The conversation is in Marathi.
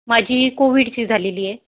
माझी कोविडची झालेली आहे